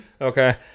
Okay